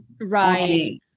Right